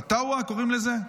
עטווה, קוראים לזה?